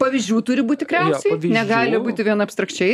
pavyzdžių turi būt tikriausiai negali būti vien abstrakčiai